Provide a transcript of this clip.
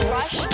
Rush